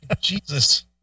Jesus